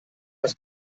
das